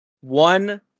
One